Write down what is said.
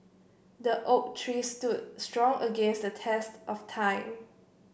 the oak tree stood strong against the test of time